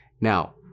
Now